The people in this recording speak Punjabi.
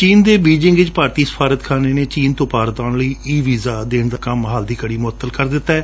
ਚੀਨ ਦੇ ਬੀਜਿੰਗ ਵਿਚ ਭਾਰਤੀ ਸਫਾਰਤਖਾਨੇ ਨੇ ਚੀਨ ਤੋਂ ਭਾਰਤ ਆਉਣ ਲਈ ਈ ਵੀਜਾ ਦੇਣ ਦਾ ਕੰਮ ਮੁਅੱਤਲ ਕਰ ਦਿੱਤੈ